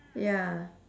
ya